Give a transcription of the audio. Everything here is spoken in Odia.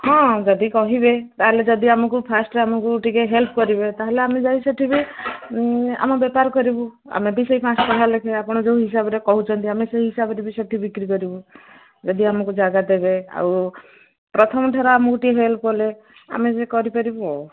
ହଁ ଯଦି କହିବେ ତାହେଲେ ଯଦି ଆମକୁ ଫାଷ୍ଟରେ ଆମକୁ ଟିକେ ହେଲ୍ପ କରିବେ ତା'ହେଲେ ଆମେ ଯାଇ ସେଠି ବି ଆମ ବେପାର କରିବୁ ଆମେ ବି ସେଇ ପାଞ୍ଚ ଟା ଲେଖାଏଁ ଆପଣ ଯେଉଁ ହିସାବରେ କହୁଛନ୍ତି ଆମେ ସେଇ ହିସାବରେ ବି ସେଠି ବିକ୍ରି କରିବୁ ଯଦି ଆମକୁ ଜାଗା ଦେବେ ଆଉ ପ୍ରଥମଥର ଆମକୁ ଟିକେ ହେଲ୍ପ କଲେ ଆମେ ସେ କରିପାରିବୁ ଆଉ